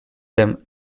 them